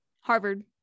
Harvard